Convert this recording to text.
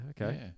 okay